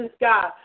God